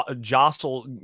jostle